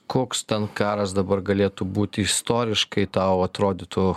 koks ten karas dabar galėtų būti istoriškai tau atrodytų